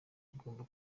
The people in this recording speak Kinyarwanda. bigomba